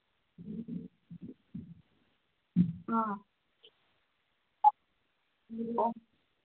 ꯑꯥ ꯑꯣ